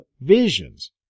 visions